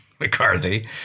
McCarthy